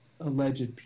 alleged